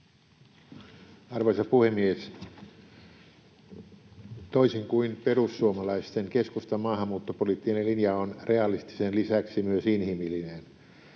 Arvoisa puhemies! Toisin kuin perussuomalaisten, keskustan maahanmuuttopoliittinen linja on realistisen lisäksi myös inhimillinen.